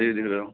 देख ले रहा हूँ